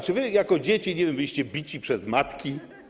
Czy wy jako dzieci, nie wiem, byliście bici przez matki?